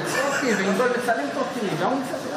וגם הדיזל או המזוט,